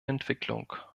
entwicklung